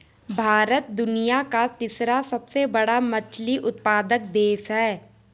भारत दुनिया का तीसरा सबसे बड़ा मछली उत्पादक देश है